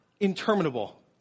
Interminable